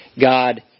God